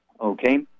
Okay